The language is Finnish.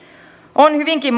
on hyvinkin